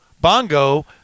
bongo